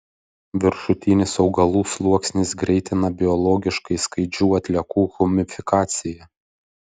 viršutinis augalų sluoksnis greitina biologiškai skaidžių atliekų humifikaciją